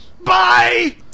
Bye